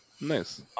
Nice